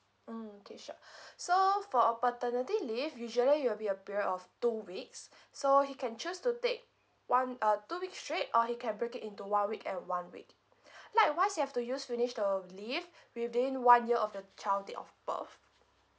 mm okay sure so for a paternity leave usually it'll be a period of two weeks so he can choose to take one uh two weeks straight or he can break it into one week and one week likewise you have to use finish the leave within one year of the child date of birth